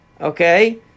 okay